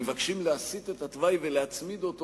מבקשים להסיט את התוואי ולהצמיד אותו